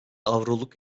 avroluk